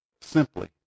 simply